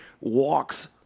walks